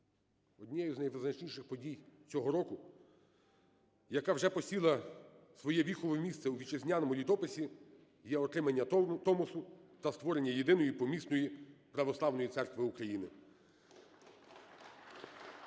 однією з найвизначніших подій цього року, яка вже посіла своєвіхове місце у вітчизняному літописі, є отримання Томосу та створення єдиної помісної Православної Церкви України.